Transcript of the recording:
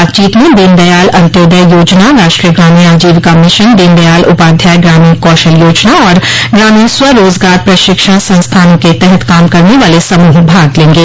बातचीत में दीनदयाल अन्त्योदय योजना राष्ट्रीय ग्रामीण आजोविका मिशन दीनदयाल उपाध्याय ग्रामीण कौशल योजना और ग्रामीण स्व रोजगार प्रशिक्षण संस्थानों के तहत काम करने वाले समूह भाग लेंगे